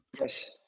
Yes